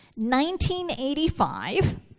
1985